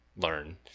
learn